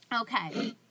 Okay